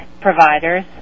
providers